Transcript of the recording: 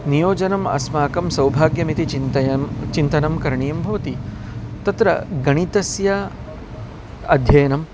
नियोजनम् अस्माकं सौभाग्यम् इति चिन्तयन् चिन्तनं करणीयं भवति तत्र गणितस्य अध्ययनम्